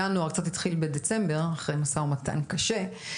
ינואר, קצת התחיל בדצמבר אחרי משא ומתן קשה.